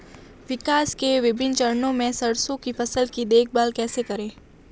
विकास के विभिन्न चरणों में सरसों की फसल की देखभाल कैसे करें?